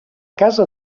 casa